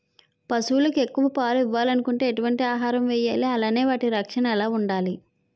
పశువులు ఎక్కువ పాలు ఇవ్వాలంటే ఎటు వంటి ఆహారం వేయాలి అలానే వాటి రక్షణ ఎలా వుండాలి?